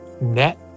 net